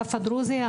האגף הדרוזי.